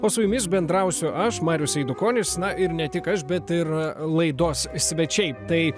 o su jumis bendrausiu aš marius eidukonis na ir ne tik aš bet ir laidos svečiai tai